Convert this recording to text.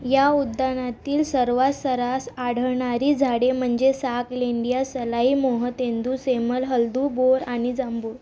या उद्यानातील सर्वात सर्रास आढळणारी झाडे म्हणजे साग लेंडिया सलाई मोह तेंदू सेमल हलदू बोर आणि जांभूळ